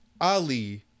Ali